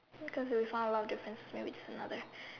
because we found a lot of difference maybe just another